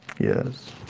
Yes